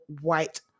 white